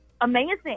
amazing